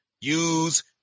use